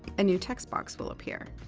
a new text box will appear.